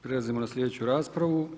Prelazimo na sljedeću raspravu.